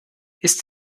ist